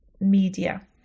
media